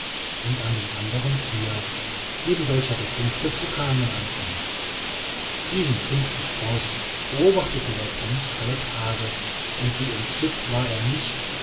und an dem andern vier neben welchen der fünfte zu keimen anfing diesen fünften sproß beobachtete der prinz alle tage und wie entzückt war er nicht